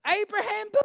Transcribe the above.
Abraham